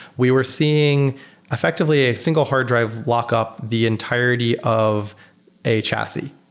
we were seeing effectively a single hard drive lock up the entirety of a chassis.